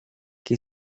que